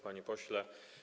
Panie Pośle!